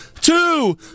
two